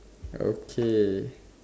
okay